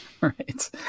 Right